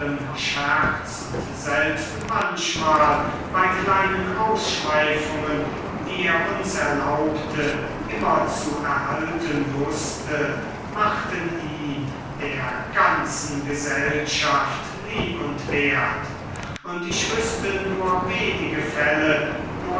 scherz und selbst manchmal bei kleinen ausschweifungen die er uns erlaubte immer zu erhalten wußte machten ihn der ganzen gesellschaft lieb und wert und ich wüßte nur wenige fälle wo